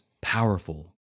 powerful